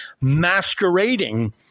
masquerading